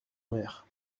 mer